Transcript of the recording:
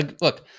Look